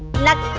let